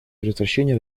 предотвращения